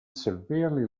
severely